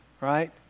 right